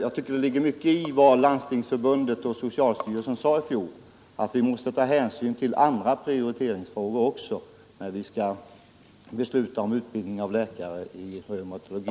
Jag tycker det ligger mycket i vad Landstingsförbundet och socialstyrelsen sade i fjol, nämligen att vi måste ta hänsyn också till andra prioriteringsfrågor när vi skall besluta om utbildning av läkare i reumatologi.